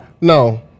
No